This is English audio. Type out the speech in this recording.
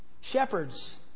shepherds